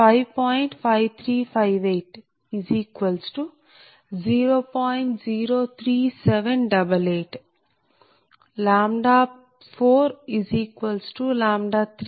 03788 109